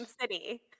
city